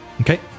okay